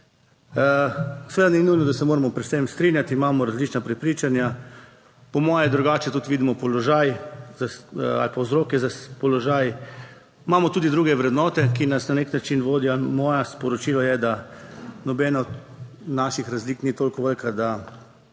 Seveda ni nujno, da se moramo pri vsem strinjati, imamo različna prepričanja, po moje drugače tudi vidimo položaj ali pa vzroke za položaj, imamo tudi druge vrednote, ki nas na nek način vodijo; moje sporočilo je, da nobena od naših razlik ni tako velika, da